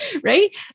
right